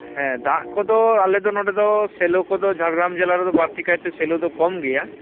ᱦᱮᱸ ᱫᱟᱜ ᱠᱚᱫᱚ ᱟᱞᱮ ᱫᱚ ᱱᱚᱰᱮ ᱫᱚ ᱥᱮᱞᱳ ᱠᱚᱫᱚ ᱡᱷᱟᱲᱜᱨᱟᱢ ᱡᱮᱞᱟ ᱨᱮᱫᱚ ᱵᱟᱹᱲᱛᱤ ᱠᱟᱭᱛᱮ ᱥᱮᱞᱳ ᱫᱚ ᱠᱚᱢ ᱜᱮᱭᱟ